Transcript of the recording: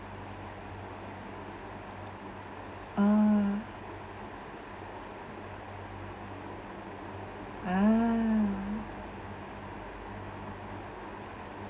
uh ah